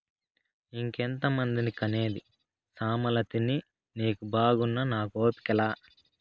ఇంకెంతమందిని కనేది సామలతిని నీకు బాగున్నా నాకు ఓపిక లా